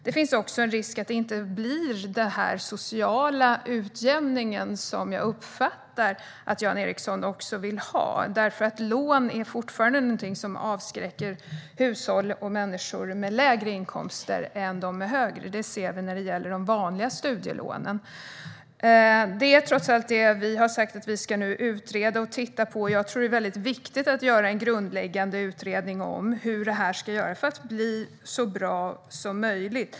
Det finns också en risk att detta inte leder till den sociala utjämning som jag uppfattar att också Jan Ericson vill ha. Lån är fortfarande någonting som avskräcker hushåll och människor med lägre inkomster mer än dem med högre inkomster. Det ser vi när det gäller de vanliga studielånen. Trots allt är det detta vi har sagt att vi nu ska utreda och titta på. Det är viktigt att göra en grundläggande utredning av hur det här ska göras för att det ska bli så bra som möjligt.